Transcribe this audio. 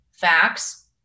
facts